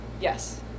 Yes